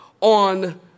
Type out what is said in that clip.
on